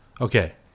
Okay